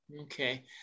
Okay